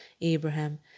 Abraham